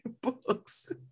books